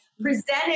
presented